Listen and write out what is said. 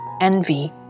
envy